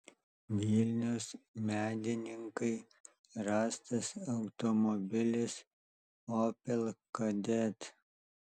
vilnius medininkai rastas automobilis opel kadett